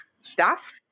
staff